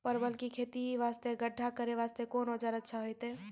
परवल के खेती वास्ते गड्ढा करे वास्ते कोंन औजार अच्छा होइतै?